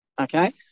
okay